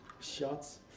Shots